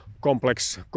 complex